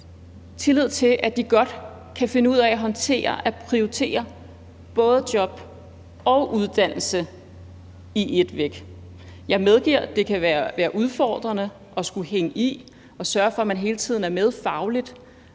tillid til, at de godt kan finde ud af at håndtere at prioritere både job og uddannelse på en gang. Jeg medgiver, at det kan være udfordrende at skulle hænge i og sørge for, at man hele tiden er med fagligt.